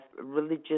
religious